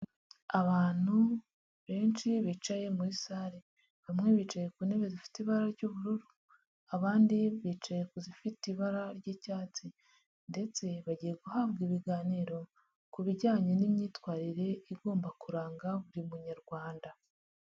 Abantu benshi bicaye muri sale, bamwe bicaye ku ntebe zifite ibara ry'ubururu abandi bicaye ku zifite ibara ry'icyatsi ndetse bagiye guhabwa ibiganiro ku bijyanye n'imyitwarire igomba kuranga buri munyarwanda.